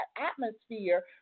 atmosphere